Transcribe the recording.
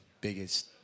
biggest